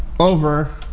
over